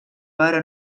però